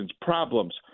problems